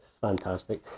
Fantastic